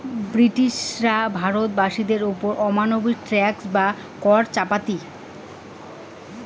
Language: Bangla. ব্রিটিশরা ভারত বাসীদের ওপর অমানবিক ট্যাক্স বা কর চাপাতি